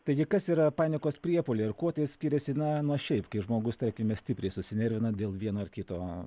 taigi kas yra panikos priepuoliai ir kuo skiriasi na nuo šiaip kai žmogus tarkime stipriai susinervina dėl vieno ar kito